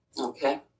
Okay